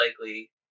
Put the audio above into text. likely